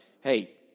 hey